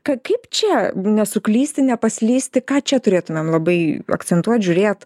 kai kaip čia nesuklysti nepaslysti ką čia turėtumėm labai akcentuot žiūrėt